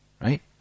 right